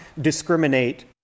discriminate